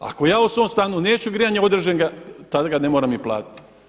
Ako ja u svom stanu neću grijanje održem ga tada ga ne moram ni platiti.